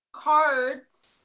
Cards